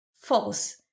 false